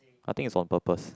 I think is on purpose